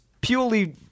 purely